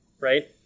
right